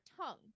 tongue